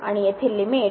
आणि येथे लिमिटअसेल